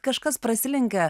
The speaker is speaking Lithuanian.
kažkas prasilenkia